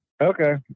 Okay